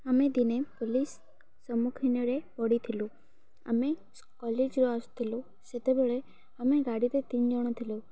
ଆମେ ଦିନେ ପୋଲିସ୍ ସମ୍ମୁଖୀନରେ ପଡ଼ିଥିଲୁ ଆମେ କଲେଜ୍ରୁ ଆସୁଥିଲୁ ସେତେବେଳେ ଆମେ ଗାଡ଼ିରେ ତିନି ଜଣ ଥିଲୁ